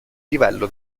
livello